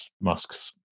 Musk's